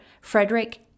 Frederick